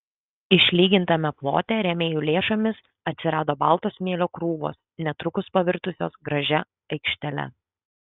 išlygintame plote rėmėjų lėšomis atsirado balto smėlio krūvos netrukus pavirtusios gražia aikštele